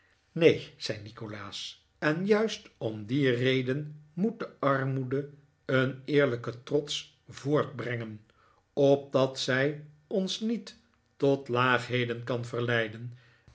neen zei nikolaas en juist om die reden moet de armoede een eerlijken trots voortbrengen opdat zij ons niet tot laagheden kan verleiden